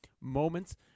moments